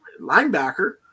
linebacker